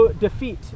defeat